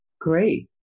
Great